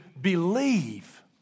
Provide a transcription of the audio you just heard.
believe